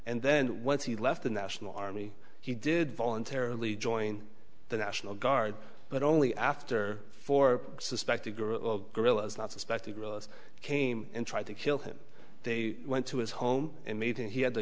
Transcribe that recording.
and then once he left the national army he did voluntarily join the national guard but only after four suspected guerrillas not suspected realist came and tried to kill him they went to his home and meeting he had to